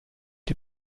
die